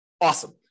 Awesome